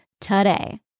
today